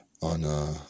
on